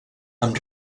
amb